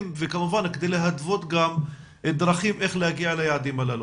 וכדי להתוות דרכים איך להגיע ליעדים הללו.